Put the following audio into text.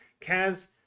Kaz